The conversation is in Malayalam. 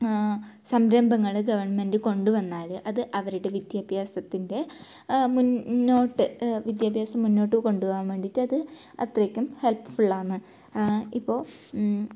സംരംഭങ്ങൾ ഗവൺമെൻറ് കൊണ്ടു വന്നാൽ അത് അവരുടെ വിദ്യാഭ്യാസത്തിൻ്റെ മുന്നോട്ട് വിദ്യാഭ്യാസം മുന്നോട്ട് കൊണ്ടുപോകാൻ വേണ്ടീട്ടത് അത്രയ്ക്കും ഹെൽപ്ഫുള്ളാന്ന് ഇപ്പോൾ